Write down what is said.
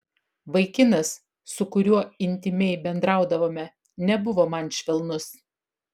vaikinas su kuriuo intymiai bendraudavome nebuvo man švelnus